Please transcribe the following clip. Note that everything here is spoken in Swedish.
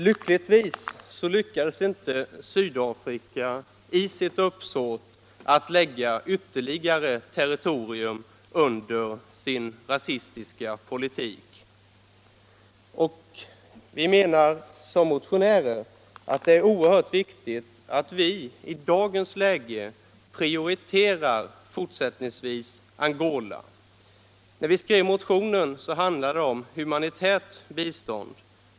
Lyckligtvis hade inte Sydafrika framgång i siut uppsåt att lägga ytterligare territorium under sin rasistiska politik. Vi menar som motionärer att det är oerhört viktigt att vi fortsättningsvis prioriterar Angola. När vi skrev motionen handlade det om humanitärt bistånd.